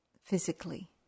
physically